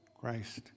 Christ